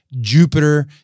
Jupiter